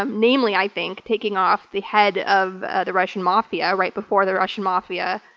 um namely, i think, taking off the head of ah the russian mafia right before the russian mafia,